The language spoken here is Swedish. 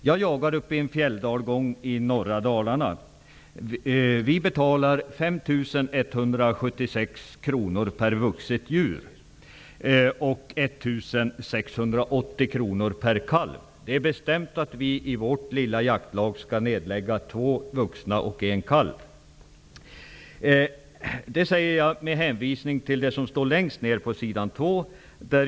Jag jagar i en fjälldalgång i norra Dalarna. Vi betalar 5 176 kr per vuxet djur och 1 680 kr per kalv. Det är bestämt att vi i vårt lilla jaktlag skall nedlägga två vuxna djur och en kalv. Detta säger jag med hänvisning till det som står längst ned på sidan 2.